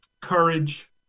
courage